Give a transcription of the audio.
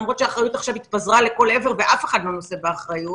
למרות שאחריות עכשיו התפזרה לכל עבר ואף אחד לא נושא באחריות.